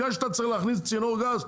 בגלל שאתה צריך להכניס צינור גז,